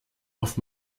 auf